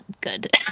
good